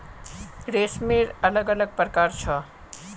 रेशमेर अलग अलग प्रकार छ